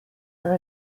are